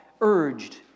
urged